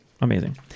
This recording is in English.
amazing